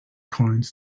coins